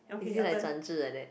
is it like like that